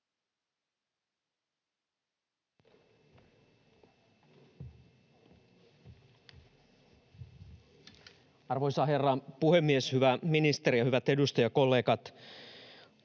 Arvoisa herra puhemies, hyvä ministeri ja hyvät edustajakollegat!